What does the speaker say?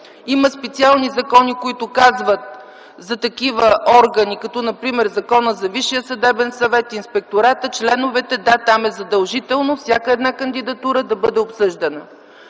има специални закони, които казват за такива органи като например Законът за Висшия съдебен съвет, Инспектората, членовете – да, там е задължително всяка една кандидатура да бъде обсъждана.